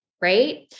Right